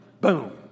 boom